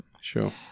Sure